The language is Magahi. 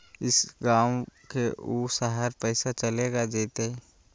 ई गांव से ऊ शहर पैसा चलेगा जयते?